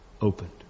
opened